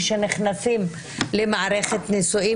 כאשר אנחנו נכנסים למערכת נישואים